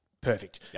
perfect